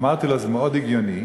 אמרתי לו: זה מאוד הגיוני,